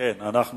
אנחנו